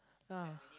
ya